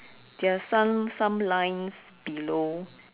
there are some some lines below